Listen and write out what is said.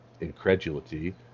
incredulity